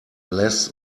less